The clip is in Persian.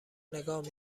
نگاه